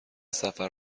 سفر